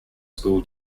school